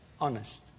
honest